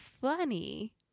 funny